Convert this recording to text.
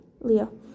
Leo